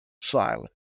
silent